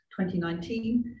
2019